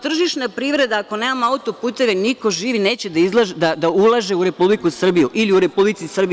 Tržišna privreda, ako nemamo autoputeve, niko živi neće da ulaže u Republiku Srbiju ili šta god u Republici Srbiji.